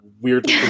weird